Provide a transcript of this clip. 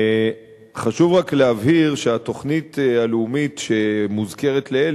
חשוב רק להבהיר שהתוכנית הלאומית שמוזכרת לעיל